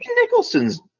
Nicholson's